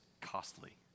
costly